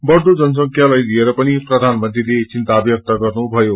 बढ़दो जनसंख्यालाइ लिएर पनि प्रधानमंत्रीले चिन्ता व्यक्त गर्नुभयो